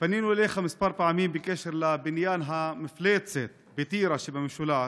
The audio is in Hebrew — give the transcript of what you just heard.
פנינו אליך כמה פעמים בקשר לבניין המפלצת בטירה שבמשולש,